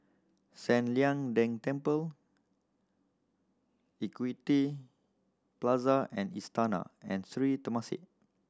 San Lian Deng Temple Equity Plaza and Istana and Sri Temasek